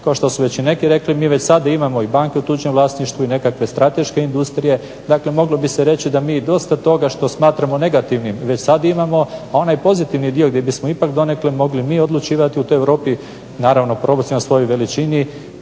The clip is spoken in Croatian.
kao što su već i neki rekli mi već sad imamo i banke u tuđem vlasništvu i nekakve strateške industrije. Dakle, moglo bi se reći da mi dosta toga što smatramo negativnim već sad imamo, a onaj pozitivni dio gdje bismo ipak donekle mogli mi odlučiti u toj Europi naravno proporcionalno svojoj veličini